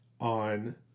on